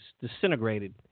disintegrated